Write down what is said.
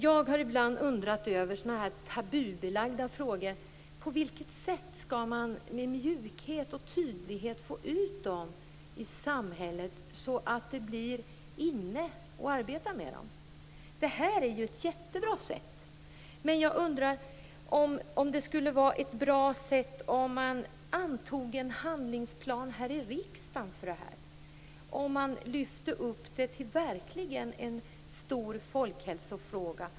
Jag har ibland undrat över sådana här tabubelagda frågor: På vilket sätt skall man med mjukhet och tydlighet få ut dem i samhället så att det blir inne att arbeta med dem? Det här är ju ett jättebra sätt. Men jag undrar om det skulle vara ett bra sätt om man antog en handlingsplan här i riksdagen, om man lyfte upp det till en verkligt stor folkhälsofråga.